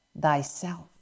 thyself